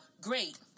Great